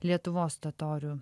lietuvos totorių